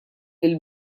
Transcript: lill